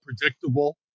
predictable